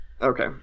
Okay